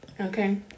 Okay